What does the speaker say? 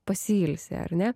pasiilsi ar ne